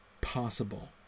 possible